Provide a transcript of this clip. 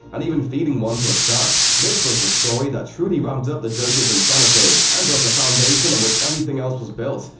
and even feeding one to a shark. this was the story that truly ramped up the joker's insanity, and was the foundation on which everything else was built.